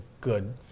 good